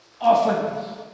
Often